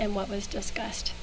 and what was discussed